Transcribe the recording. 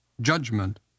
judgment